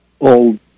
old